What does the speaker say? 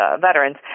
veterans